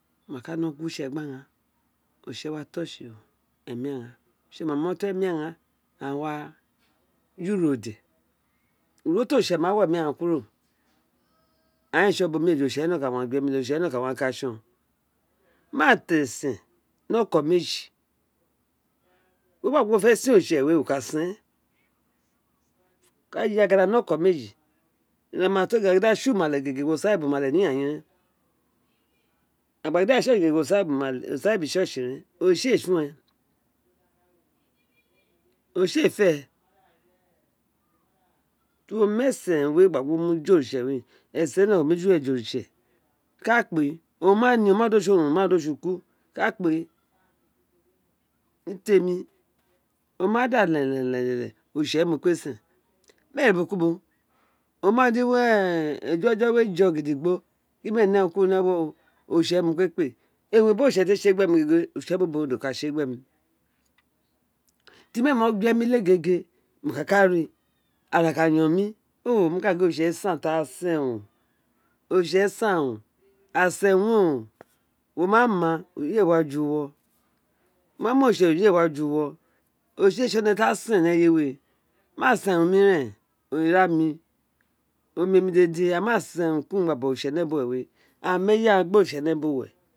Do gu wo itse gbi aghaân oritse wa to emí ghaan oritse ma mó to emí ghaan awa yirode uro tí oritse ma wí emí ghaan kuro aghaan éè tsọn ubo omiren ju wérè tí oritse owun a wa ka tsọn ma tí esen ní ọkon meji tí wó gbagin wo fé sen oritse we wo ka sen aghan gidije a ka ni oko meji a ghaan ma to gégè a ka gin dí a tsi umalè gègè wo sa re ubo umalè we gègè a ma gin dí a tse tí oritse wa sa ri ulisen réen oritse éè tsun we oritse éè fé tí uwo mi-esen re gin wo nó jo újo oritse esen wo mi eju rí oritse ka kpe o ma ní dí o mi tsi orun oma gba bọghọ oritsénèbuwe we aghaân mí eye ghaan gbí oritsénèbuwe